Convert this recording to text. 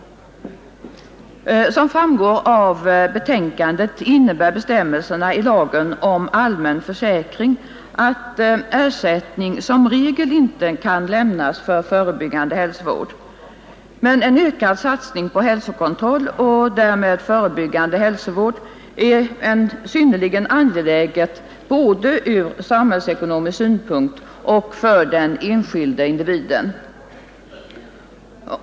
Som framgår av betänkandet innebär bestämmelserna i lagen om allmän försäkring att ersättning som regel inte kan lämnas för förebyggande hälsovård. En ökad satsning på hälsokontroll och därmed förebyggande hälsovård är dock synnerligen angelägen både ur samhällsekonomisk synpunkt och för den enskilde individen.